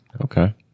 Okay